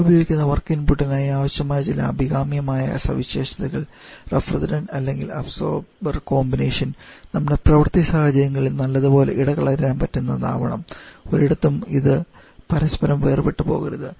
ഞങ്ങൾ ഉപയോഗിക്കുന്ന വർക്ക് ഇൻപുട്ടിനായി ആവശ്യമായ ചില അഭികാമ്യമായ സവിശേഷതകൾ റഫ്രിജറൻറ് അല്ലെങ്കിൽ അബ്സോർബർ കോമ്പിനേഷൻ നമ്മുടെ പ്രവർത്തി സാഹചര്യങ്ങളിൽ നല്ലത് പോലെ ഇടകലരാൻ പറ്റുന്നത് ആവണം ഒരിടത്തും ഇത് പരസ്പരം വേർപെട്ടു പോകരുത്